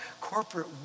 corporate